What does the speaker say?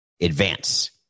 advance